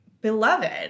beloved